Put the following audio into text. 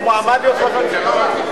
הוא מועמד להיות ראש ממשלה.